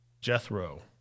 Jethro